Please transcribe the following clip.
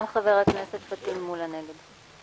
גם חבר הכנסת פטין מולא נגד.